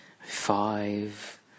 five